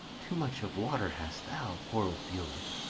too much of water hast thou, poor ophelia,